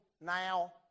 now